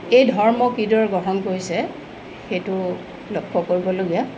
এই ধৰ্ম কিদৰে গ্ৰহণ কৰিছে সেইটো লক্ষ্য কৰিবলগীয়া